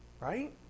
Right